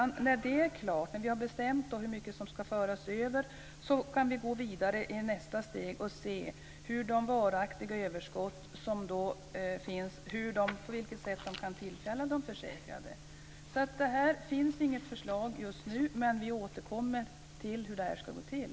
När det är klart och det har bestämts hur mycket som ska föras över kan vi gå vidare i nästa steg och se på vilket sätt de varaktiga överskotten kan tillfalla de försäkrade. Det finns inget förslag just nu, men vi ska återkomma till hur det ska gå till.